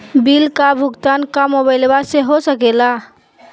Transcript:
Bill का भुगतान का मोबाइलवा से हो सके ला?